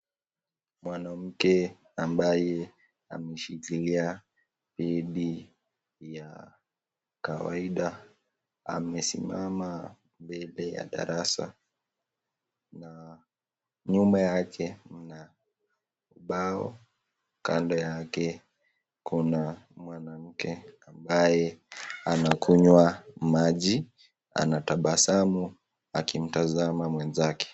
Mwanamke ambaye ameshikilia bidii ya kawaida amesimama mbele ya darasa na nyuma yake mna ubao, kando yake kuna mwanamke ambaye anakunywa maji, anatabasamu akimtazama mwenzake.